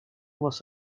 was